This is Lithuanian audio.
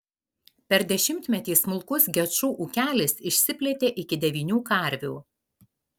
per dešimtmetį smulkus gečų ūkelis išsiplėtė iki devynių karvių